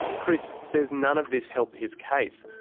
chris says none of this helped his case,